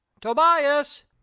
Tobias